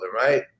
right